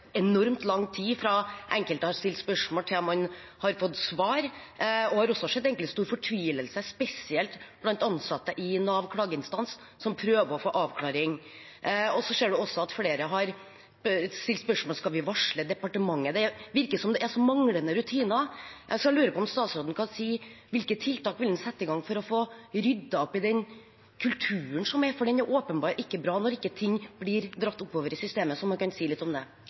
enormt lang tid fra enkelte har stilt spørsmål, til de har fått svar. Jeg har også sett stor fortvilelse spesielt blant ansatte i Nav klageinstans som prøver å få en avklaring. Så ser man også at flere har stilt spørsmålet: Skal vi varsle departementet? Det virker som om det er manglende rutiner, så jeg lurer på om statsråden kan si hvilke tiltak han vil sette i gang for å få ryddet opp i den kulturen som er. Den er åpenbart ikke bra når ikke ting blir dratt oppover i systemet, så om han kan si litt om det.